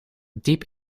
diep